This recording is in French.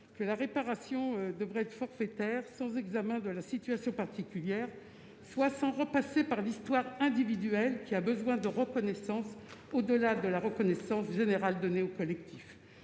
simple réparation forfaitaire, sans examen de la situation particulière, c'est-à-dire sans passer par l'histoire individuelle, laquelle a aussi besoin de reconnaissance au-delà de la reconnaissance générale donnée au collectif.